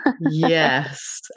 yes